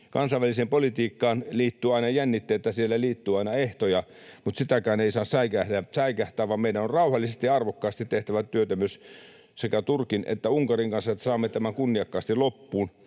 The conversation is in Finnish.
Kansainväliseen politiikkaan liittyy aina jännitteitä, siihen liittyy aina ehtoja, mutta sitäkään ei saa säikähtää, vaan meidän on rauhallisesti ja arvokkaasti tehtävä työtä sekä Turkin että Unkarin kanssa, että saamme tämän kunniakkaasti loppuun